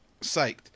psyched